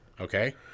Okay